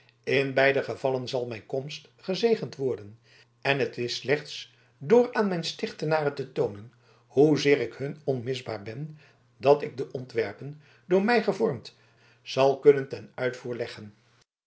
in beide gevallen zal mijn komst gezegend worden en het is slechts door aan mijn stichtenaren te toonen hoezeer ik hun onmisbaar ben dat ik de ontwerpen door mij gevormd zal kunnen ten uitvoer leggen